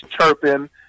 chirping